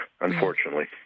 unfortunately